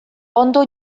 ondo